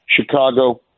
Chicago